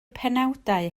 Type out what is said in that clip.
penawdau